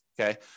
okay